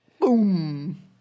Boom